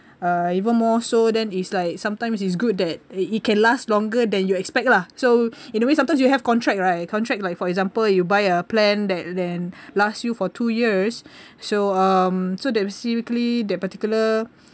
uh even more so then is like sometimes is good that it can last longer than you expect lah so in a way sometimes you have contract right contract like for example you buy a plan that then last you for two years so um so that basically that particular